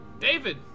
David